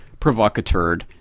provocateured